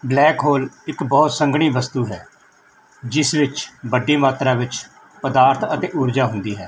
black hole ਇੱਕ ਬਹੁਤ ਸੰਘਣੀ ਵਸਤੂ ਹੈ ਜਿਸ ਵਿੱਚ ਵੱਡੀ ਮਾਤਰਾ ਵਿੱਚ ਪਦਾਰਥ ਅਤੇ ਊਰਜਾ ਹੁੰਦੀ ਹੈ